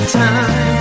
time